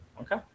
okay